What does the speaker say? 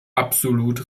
absolut